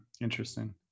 Interesting